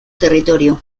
territorio